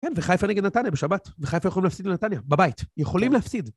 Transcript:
כן, וחיפה נגד נתניה בשבת, וחיפה יכולים להפסיד לנתניה, בבית, יכולים להפסיד.